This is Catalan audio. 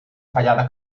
fallada